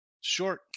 Short